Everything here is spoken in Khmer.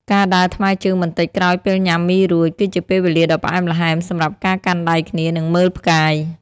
ការដើរថ្មើរជើងបន្តិចក្រោយពេលញ៉ាំមីរួច គឺជាពេលវេលាដ៏ផ្អែមល្ហែមសម្រាប់ការកាន់ដៃគ្នា និងមើលផ្កាយ។